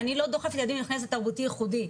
אני לא תרבותי ייחודי,